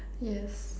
yes